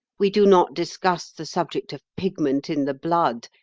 we do not discuss the subject of pigment in the blood,